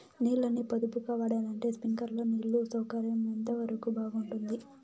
నీళ్ళ ని పొదుపుగా వాడాలంటే స్ప్రింక్లర్లు నీళ్లు సౌకర్యం ఎంతవరకు బాగుంటుంది?